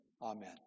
Amen